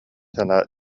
санаа